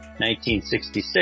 1966